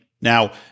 Now